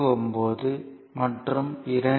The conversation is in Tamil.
49 மற்றும் 2